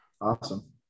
Awesome